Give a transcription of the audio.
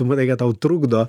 tu manai kad tau trukdo